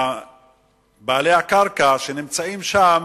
בעלי הקרקע שנמצאים שם,